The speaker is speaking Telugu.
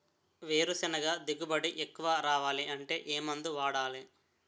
వేరుసెనగ దిగుబడి ఎక్కువ రావాలి అంటే ఏ మందు వాడాలి?